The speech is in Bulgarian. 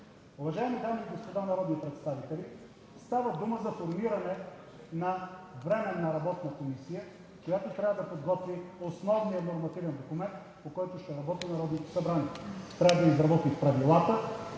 Уважаеми дами и господа народни представители, става дума за формиране на временна работна комисия, която трябва да подготви основния нормативен документ, по който ще работи Народното събрание. Трябва да изработи правилата,